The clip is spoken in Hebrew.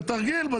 זה תרגיל.